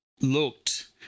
looked